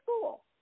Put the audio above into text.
school